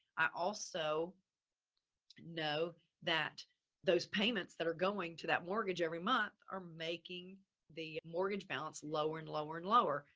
i also know that those payments that are going to that mortgage every month are making the mortgage balance lower and lower and lower.